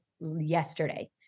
yesterday